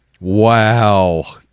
Wow